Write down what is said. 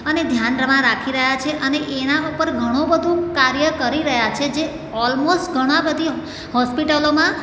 અને ધ્યાનમાં રાખી રહ્યા છે અને એના ઉપર ઘણું બધું કાર્ય કરી રહ્યા છે જે ઓલમોસ્ટ ઘણા બધી હોસ્પિટલોમાં